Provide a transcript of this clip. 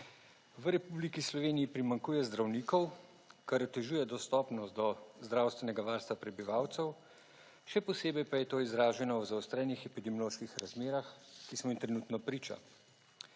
V Republiki Sloveniji primanjkuje zdravnikov, kar otežuje dostopnost do zdravstvenega varstva prebivalcev, še posebej pa je to izraženo v zaostrenih epidemioloških razmerah, ki smo jim trenutno priča.